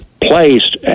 placed